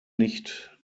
nicht